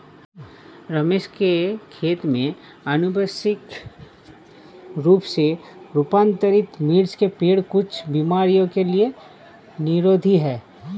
रमेश के खेत में अनुवांशिक रूप से रूपांतरित मिर्च के पेड़ कुछ बीमारियों के लिए निरोधी हैं